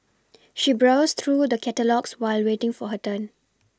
she browsed through the catalogues while waiting for her turn